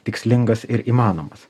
tikslingas ir įmanomas